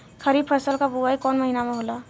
खरीफ फसल क बुवाई कौन महीना में होला?